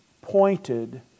pointed